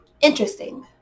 Interesting